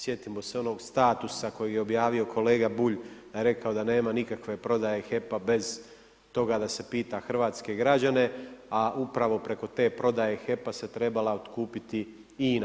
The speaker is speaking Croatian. Sjetimo se onog statusa koji je objavio kolega Bulj, rekao da nema nikakve prodaje HEP-a bez toga da se pita hrvatske građane, a upravo preko te prodaje HEP-a se trebala otkupiti INA.